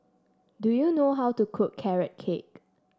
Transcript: do you know how to cook Carrot Cake